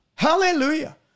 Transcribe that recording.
Hallelujah